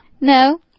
No